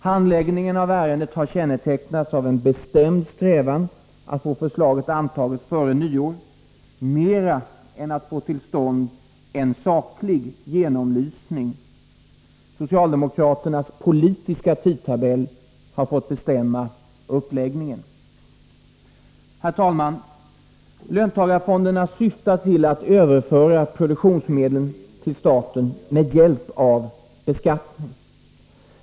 Handläggningen av ärendet har kännetecknats av en bestämd strävan att få förslaget antaget före nyår, mera än att få till stånd en saklig genomlysning. Socialdemokraternas politiska tidtabell har fått bestämma uppläggningen. Herr talman! Löntagarfonderna syftar till att överföra produktionsmedlen tillstaten med hjälp av beskattning.